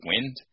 wind